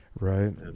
right